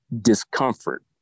discomfort